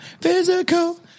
physical